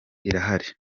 irahari